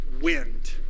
wind